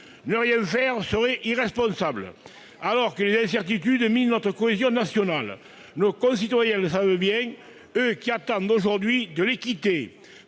Ne rien faire serait irresponsable, alors que les incertitudes minent notre cohésion nationale. Nos concitoyens le savent bien, eux qui attendent aujourd'hui de l'équité,